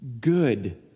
good